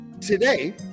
Today